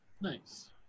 Nice